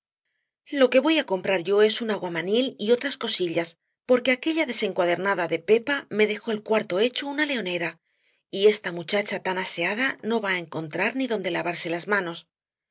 lo que voy á comprar yo es un aguamanil y otras cosillas porque aquella desencuadernada de pepa me dejó el cuarto hecho una leonera y esta muchacha tan aseada no va á encontrar ni donde lavarse las manos